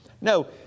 No